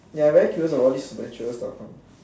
ya I very curious of all this adventure stuff